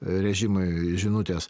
režimui žinutės